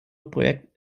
projekt